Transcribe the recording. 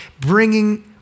bringing